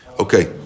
Okay